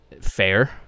Fair